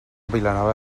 vilanova